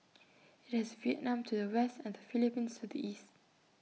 IT has Vietnam to the west and the Philippines to the east